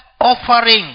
offering